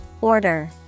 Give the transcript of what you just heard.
order